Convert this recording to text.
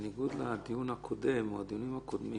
בניגוד לדיון הקודם או הדיונים הקודמים